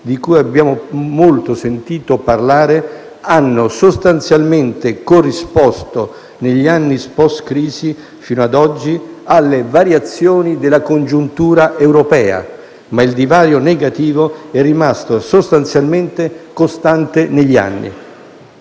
di cui abbiamo molto sentito parlare, hanno sostanzialmente corrisposto, negli anni *post* crisi fino ad oggi, alle variazioni della congiuntura europea, ma il divario negativo è rimasto sostanzialmente costante negli anni.